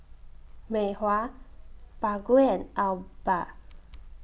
Mei Hua Baggu and Alba